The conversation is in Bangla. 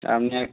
আপনি এক